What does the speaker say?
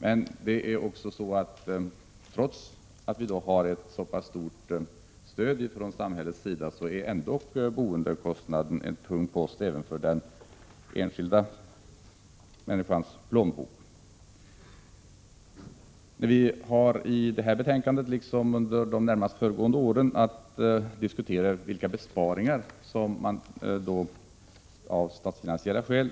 Men trots ett så stort stöd från samhällets sida är boendekostnaden ändå en tung post även för den enskilda människans plånbok. I detta betänkande har bostadsutskottet liksom de närmast föregående åren haft att diskutera vilka besparingar som man av statsfinansiella skäl